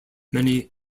many